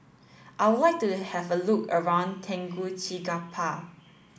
I would like to have a look around Tegucigalpa